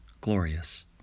glorious